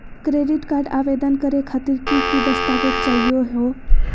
Credit card आवेदन करे खातिर की की दस्तावेज चाहीयो हो?